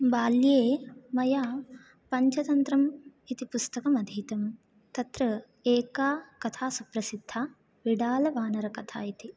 बाल्ये मया पञ्चतन्त्रम् इति पुस्तकम् अधीतं तत्र एका कथा सुप्रसिद्धा बिडालवानरकथा इति